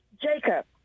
jacob